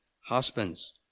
Husbands